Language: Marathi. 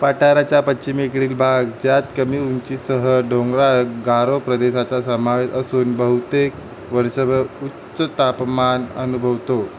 पठाराच्या पश्चिमेकडील भाग ज्यात कमी उंचीसह डोंगराळ गारो प्रदेशाचा समावेश असून बहुतेक वर्षभर उच्च तापमान अनुभवतो